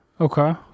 Okay